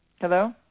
Hello